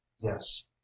yes